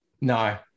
No